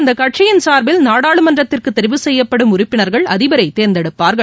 அந்த கட்சியின் சார்பில் நாடாளுமன்றத்திற்கு தெரிவு செய்யப்படும் உறுப்பினர்கள் அதிபரை தேர்ந்தெடுப்பார்கள்